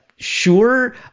sure